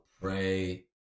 pray